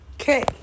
okay